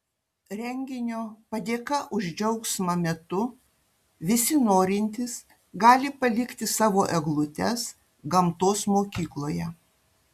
renginio padėka už džiaugsmą metu visi norintys gali palikti savo eglutes gamtos mokykloje